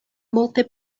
multe